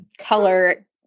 color